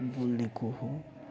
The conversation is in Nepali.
बोल्ने को हो